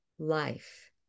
life